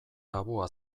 tabua